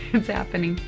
it's happening.